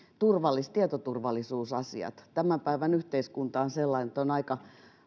tietoturvallisuusasiat tämän päivän yhteiskunta on sellainen että on aika